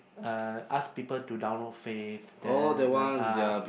uh ask people to download Fave then